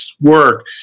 work